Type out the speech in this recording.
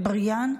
אטבריאן,